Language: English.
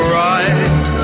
right